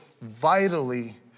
vitally